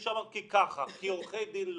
כי ככה, כי עורכי דין לא.